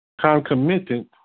concomitant